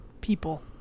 people